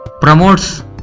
promotes